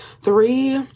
three